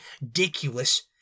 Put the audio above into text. ridiculous